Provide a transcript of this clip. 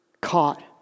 Caught